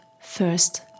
First